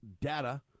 data